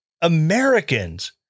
Americans